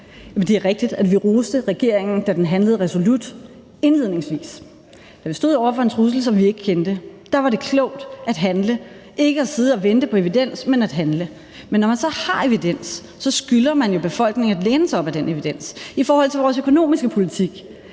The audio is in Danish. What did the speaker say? Det er rigtigt, at vi indledningsvis roste regeringen, da den handlede resolut. Da vi stod over for en trussel, vi ikke kendte, var det klogt at handle og ikke sidde og vente på evidens, men at handle. Men når man så har evidens, skylder man jo befolkningen at læne sig op ad den evidens. I forhold til vores økonomiske politik